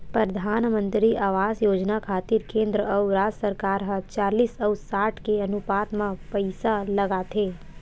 परधानमंतरी आवास योजना खातिर केंद्र अउ राज सरकार ह चालिस अउ साठ के अनुपात म पइसा लगाथे